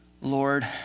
Lord